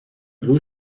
blue